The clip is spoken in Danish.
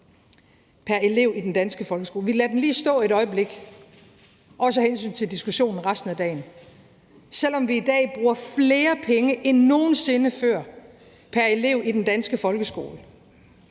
pr. elev i den danske folkeskole – vi lader den lige stå et øjeblik, også af hensyn til diskussionen resten af dagen – altså, selv om vi i dag bruger flere penge end nogen sinde før pr. elev i den danske folkeskole,